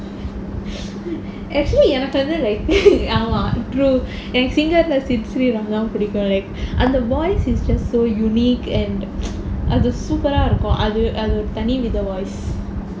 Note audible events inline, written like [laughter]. actually எனக்கு வந்து:enakku vanthu like [laughs] ஆமா:aamaa true எனக்கு:enakku singer sid sriram தான் புடிக்கும்:thaan pudikkum like அந்த:antha voice is just so unique and [noise] அது:athu super ah இருக்கும் அது அது தனி வித:irukkum athu athu tani vitha voice